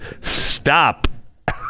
stop